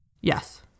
Yes